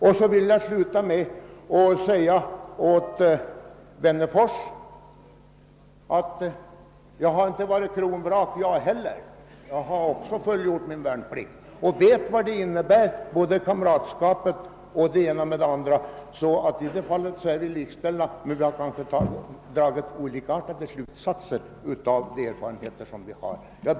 Sedan vill jag säga till herr Wennerfors att inte heller jag har varit kronvrak — jag har fullgjort min värnplikt och vet vad kamratskapet innebär. I det fallet är vi alltså likställda, men vi har kanske dragit olika slutsatser av de erfarenheter vi har gjort. Herr talman!